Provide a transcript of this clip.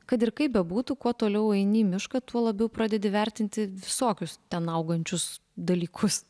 kad ir kaip bebūtų kuo toliau eini į mišką tuo labiau pradedi vertinti visokius ten augančius dalykus